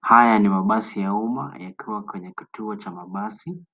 Haya ni mabasi ya umma yakiwa kwenye kituo cha mabasi,